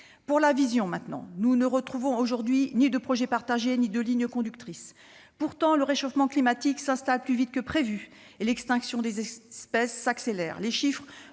la vision maintenant, nous ne retrouvons aujourd'hui ni projet partagé ni ligne conductrice. Pourtant, le réchauffement climatique est plus rapide que prévu et l'extinction des espèces s'accélère. Les chiffres